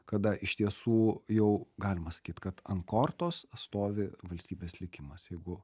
kada iš tiesų jau galima sakyt kad an kortos stovi valstybės likimas jeigu